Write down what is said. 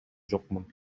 жокмун